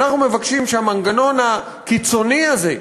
אנחנו מבקשים שהמנגנון הקיצוני הזה,